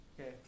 Okay